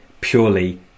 purely